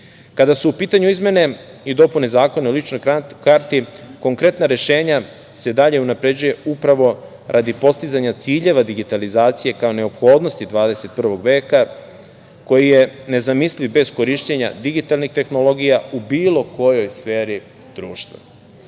su u pitanju izmene i dopune Zakona o ličnoj karti, konkretna rešenja se dalje unapređuju upravo radi postizanja ciljeva digitalizacije, kao neophodnosti 21. veka, koji je nezamisliv bez korišćenja digitalnih tehnologija, u bilo kojoj sferi